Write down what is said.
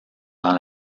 dans